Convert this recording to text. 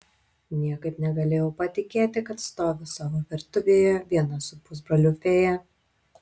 niekaip negalėjau patikėti kad stoviu savo virtuvėje viena su pusbroliu fėja